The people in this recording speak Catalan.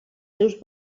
seus